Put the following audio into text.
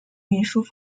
运输